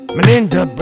Melinda